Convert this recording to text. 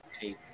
take